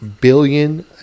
billion